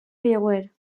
creuer